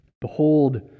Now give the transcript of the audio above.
Behold